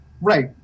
right